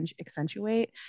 accentuate